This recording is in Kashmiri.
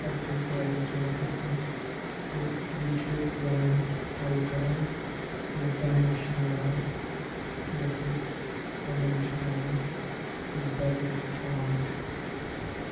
تَتھ چھِ أسۍ واریاہ ژوٗنٛٹھۍ وَسان تہٕ بیٚیہِ چھِ أسۍ دانہِ تھل کَران یَتھ دانہِ چھِ نیران یَتھ أسۍ توٚمُل چھِ وَنان یُس بَتہٕ أسۍ کھٮ۪وان چھِ